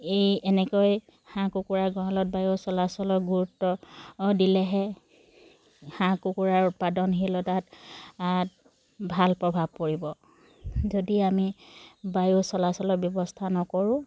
এই এনেকৈ হাঁহ কুকুৰা গঁৰালত বায়ু চলাচলৰ গুৰুত্ব দিলেহে হাঁহ কুকুৰাৰ উৎপাদনশীলতাত ভাল প্ৰভাৱ পৰিব যদি আমি বায়ু চলাচলৰ ব্যৱস্থা নকৰোঁ